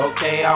Okay